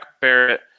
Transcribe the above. barrett